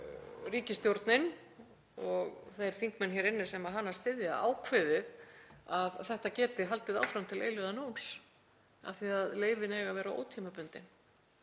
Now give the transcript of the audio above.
ríkisstjórnin, og þeir þingmenn sem hana styðja, ákveðið að þetta geti haldið áfram til eilífðarnóns af því að leyfin eiga að vera ótímabundin.